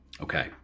Okay